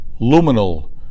luminal